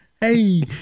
hey